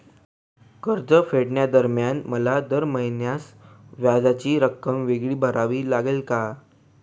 कर्जफेडीदरम्यान मला दर महिन्यास व्याजाची रक्कम वेगळी भरावी लागेल का?